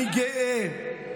אני יודעת שנעברה עבירה,